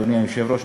אדוני היושב-ראש,